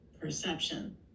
perception